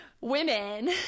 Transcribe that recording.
women